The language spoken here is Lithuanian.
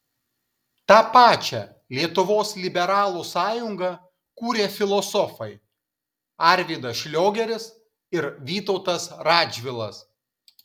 tą pačią lietuvos liberalų sąjungą kūrė filosofai arvydas šliogeris ir vytautas radžvilas